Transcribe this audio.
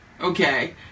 Okay